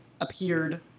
appeared